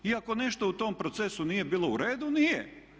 I ako nešto u tom procesu nije bilo u redu, nije.